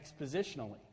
expositionally